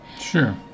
Sure